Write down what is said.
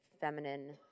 feminine